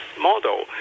model